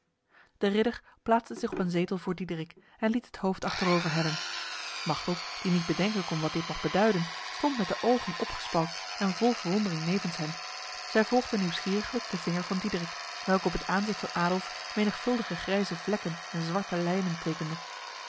de ridder plaatste zich op een zetel voor diederik en liet het hoofd achterover hellen machteld die niet bedenken kon wat dit mocht beduiden stond met de ogen opgespalkt en vol verwondering nevens hen zij volgde nieuwsgieriglijk de vinger van diederik welke op het aanzicht van adolf menigvuldige grijze vlekken en zwarte lijnen tekende